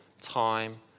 time